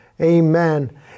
Amen